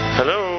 Hello